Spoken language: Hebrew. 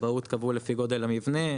בכבאות קבעו לפי גודל המבנה.